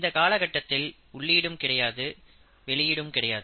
இந்தக் காலகட்டத்தில் உள்ளிடும் கிடையாது வெளியிடும் கிடையாது